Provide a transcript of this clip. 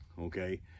okay